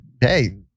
hey